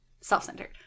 self-centered